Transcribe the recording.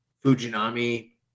Fujinami